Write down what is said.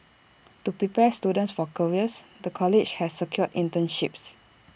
to prepare students for careers the college has secured internships